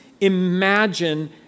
imagine